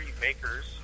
makers